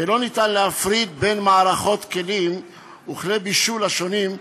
ולא ניתן להפריד בין מערכות כלים וכלי הבישול השונים,